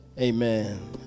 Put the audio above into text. Amen